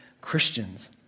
Christians